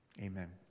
amen